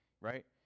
right